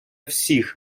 всіх